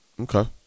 Okay